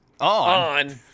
On